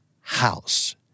House